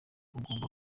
ugomba